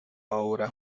obra